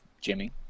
jimmy